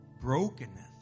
brokenness